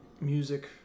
music